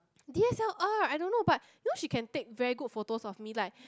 D_S_L_R I don't know but you know she can take very good photos of me like